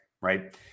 right